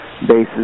bases